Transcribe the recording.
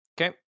Okay